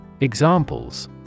Examples